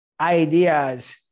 ideas